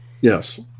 Yes